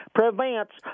prevents